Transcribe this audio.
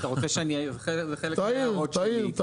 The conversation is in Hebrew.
אתה רוצה שאני אעיר חלק מההערות שלי?